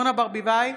אורנה ברביבאי,